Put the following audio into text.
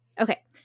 Okay